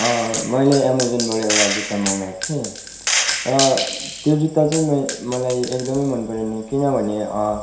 मैले एमाजनबाट एउटा जुत्ता मगाएको थिएँ र त्यो जुत्ता चाहिँ मलाई एकदमै मन परेन किनभने